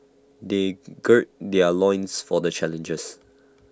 they gird their loins for the challenges